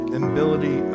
ability